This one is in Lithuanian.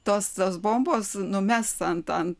tos tos bombos numes ant ant